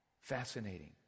Fascinating